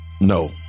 No